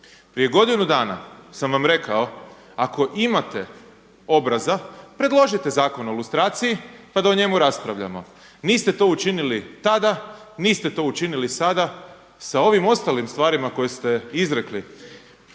Prije godinu dana sam vam rekao ako imate obraza predložite Zakon o lustraciji pa da o njemu raspravljamo. Niste to učinili tada niste to učinili sada. Sa ovim ostalim stvarima koje ste izrekli,